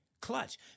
clutch